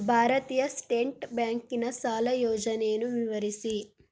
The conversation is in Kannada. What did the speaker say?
ಭಾರತೀಯ ಸ್ಟೇಟ್ ಬ್ಯಾಂಕಿನ ಸಾಲ ಯೋಜನೆಯನ್ನು ವಿವರಿಸಿ?